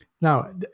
Now